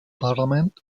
parliament